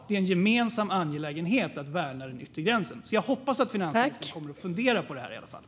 Det är en gemensam angelägenhet att värna den yttre gränsen. Jag hoppas därför att finansministern kommer att i alla fall fundera på detta.